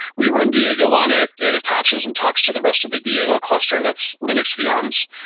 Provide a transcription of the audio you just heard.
we run diego on it, it attaches and talks to the rest of the diego cluster that's linux vms.